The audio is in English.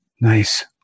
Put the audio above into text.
nice